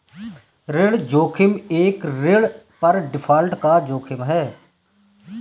ऋण जोखिम एक ऋण पर डिफ़ॉल्ट का जोखिम है